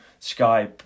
Skype